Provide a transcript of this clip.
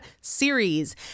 series